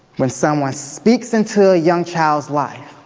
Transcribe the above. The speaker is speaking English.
when someone speaks into a young child's life